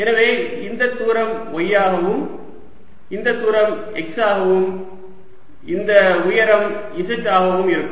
எனவே இந்த தூரம் y ஆகவும் இந்த தூரம் x ஆகவும் இந்த உயரம் z ஆகவும் இருக்கும்